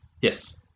Yes